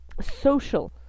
social